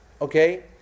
okay